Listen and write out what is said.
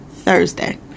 Thursday